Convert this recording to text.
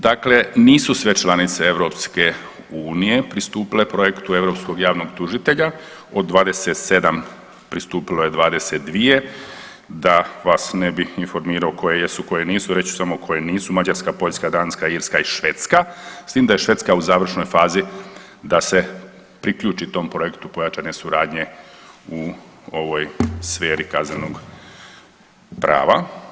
Dakle nisu sve članice EU pristupile projektu EPPO-u od 27 pristupilo je 22, da vas ne bih informirao koje jesu koje nisu reći ću samo koje nisu Mađarska, Poljska, Danska, Irska i Švedska s tim da je Švedska u završnoj fazi da se priključit tom projektu pojačanje suradnje u ovoj sferi kaznenog prava.